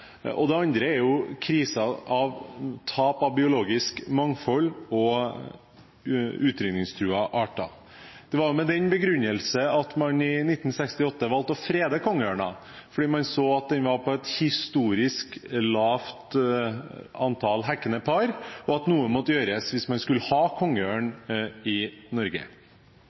er andre krisen med tap av biologisk mangfold og utrydningstruede arter. Det var med den begrunnelse at man i 1968 valgte å frede kongeørnen, fordi man så at det var et historisk lavt antall hekkende par, og at noe måtte gjøres hvis man skulle ha kongeørn i Norge.